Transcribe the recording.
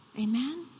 Amen